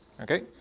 Okay